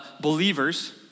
believers